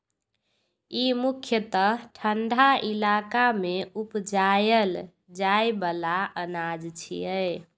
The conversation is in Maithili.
ई मुख्यतः ठंढा इलाका मे उपजाएल जाइ बला अनाज छियै